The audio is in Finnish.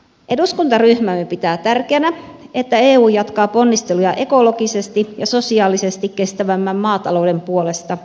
eduskuntaryhmämme pitää tärkeänä että eu jatkaa ponnisteluja ekologisesti ja sosiaalisesti kestävämmän maatalouden puolesta